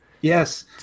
yes